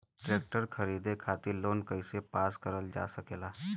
Tractor खरीदे खातीर loan कइसे पास करल जा सकेला?